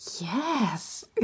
yes